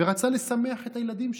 ורצה לשמח את הילדים שלו.